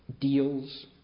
deals